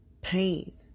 pain